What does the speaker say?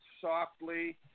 softly